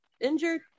injured